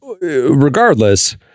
regardless